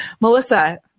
Melissa